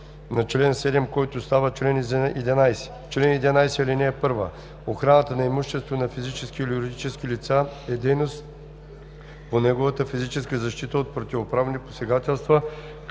на чл. 7, който става чл. 11: „Чл. 11. (1) Охраната на имущество на физически или юридически лица е дейност по неговата физическа защита от противоправни посегателства,